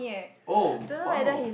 oh !wow!